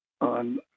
on